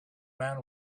man